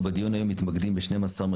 אנחנו בדיון היום מתמודדים עם 12 מרכזי